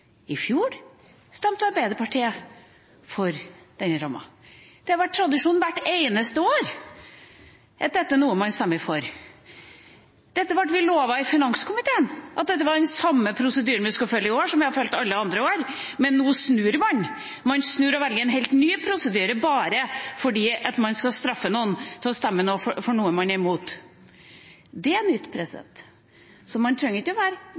I fjor stemte Arbeiderpartiet for denne ramma. Det har vært tradisjon hvert eneste år at dette er noe man stemmer for. Dette ble vi lovet i finanskomiteen, at det var den samme prosedyren vi skulle følge i år som vi har fulgt alle andre år. Men nå snur man, man snur og velger en helt ny prosedyre bare fordi man skal straffe noen til å stemme for noe man er imot. Det er nytt. Så man trenger ikke å være